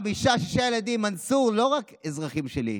חמישה, שישה ילדים, מנסור, לא רק אזרחים שלי.